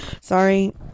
Sorry